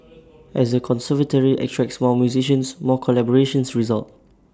as the conservatory attracts more musicians more collaborations result